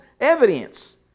evidence